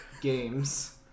games